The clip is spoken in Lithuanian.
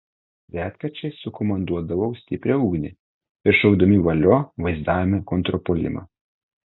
retkarčiais sukomanduodavau stiprią ugnį ir šaukdami valio vaizdavome kontrpuolimą